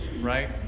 right